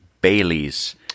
Bailey's